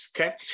okay